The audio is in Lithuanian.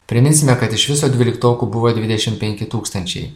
priminsime kad iš viso dvyliktokų buvo dvidešim penki tūkstančiai